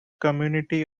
community